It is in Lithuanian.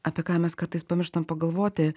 apie ką mes kartais pamirštam pagalvoti